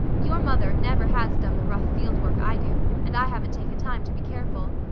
your mother never has done the rough field work i do, and i haven't taken time to be careful.